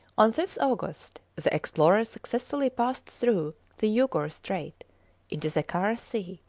on fifth august the explorer successfully passed through the yugor strait into the kara sea,